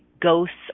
ghosts